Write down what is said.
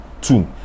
Two